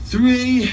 Three